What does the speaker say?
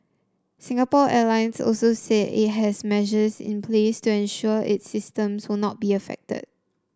Singapore Airlines also said it has measures in place to ensure its systems will not be affected